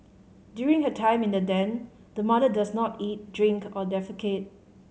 during her time in the den the mother does not eat drink or defecate